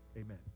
amen